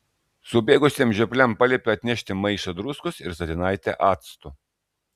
subėgusiems žiopliams paliepė atnešti maišą druskos ir statinaitę acto